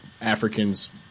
Africans